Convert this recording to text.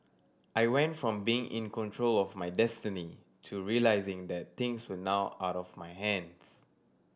I went from being in control of my destiny to realising that things were now out of my hands